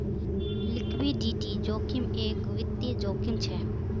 liquidity जोखिम एक वित्तिय जोखिम छे